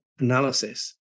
analysis